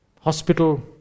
hospital